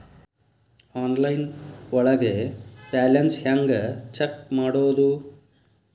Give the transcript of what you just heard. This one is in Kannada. ಆನ್ಲೈನ್ ಒಳಗೆ ಬ್ಯಾಲೆನ್ಸ್ ಹ್ಯಾಂಗ ಚೆಕ್ ಮಾಡೋದು?